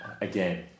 again